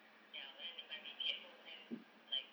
ya but then if I'm eating at home then like